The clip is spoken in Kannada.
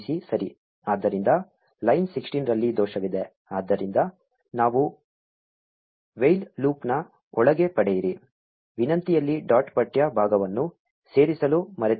ಆದ್ದರಿಂದ ಲೈನ್ 16 ರಲ್ಲಿ ದೋಷವಿದೆ ಆದ್ದರಿಂದ ನಾವು ವೈಲ್ ಲೂಪ್ನ ಒಳಗೆ ಪಡೆಯಿರಿ ವಿನಂತಿಯಲ್ಲಿ ಡಾಟ್ ಪಠ್ಯ ಭಾಗವನ್ನು ಸೇರಿಸಲು ಮರೆತಿದ್ದೇವೆ